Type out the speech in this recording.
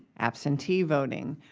absentee voting,